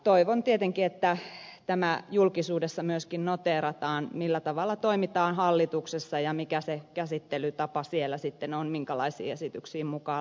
toivon tietenkin että julkisuudessa myöskin noteerataan tämä millä tavalla toimitaan hallituksessa ja mikä se käsittelytapa siellä sitten on minkälaisiin esityksiin mukaan lähdetään